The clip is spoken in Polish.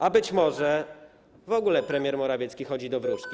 A być może w ogóle premier Morawiecki chodzi do wróżki.